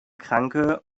kranke